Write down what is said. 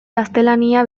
gaztelania